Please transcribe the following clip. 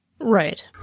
Right